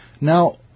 Now